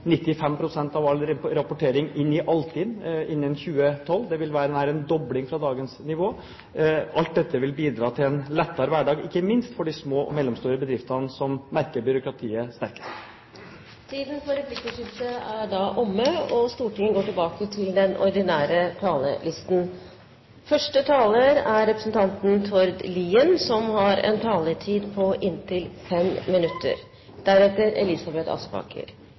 av all rapportering inn i Altinn innen 2012. Det vil være nær en dobling fra dagens nivå. Alt dette vil bidra til en lettere hverdag, ikke minst for de små og mellomstore bedriftene som merker byråkratiet sterkest. Replikkordskiftet er omme.